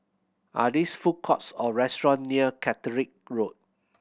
are these food courts or restaurant near Caterick Road